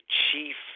chief